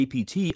APT